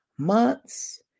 months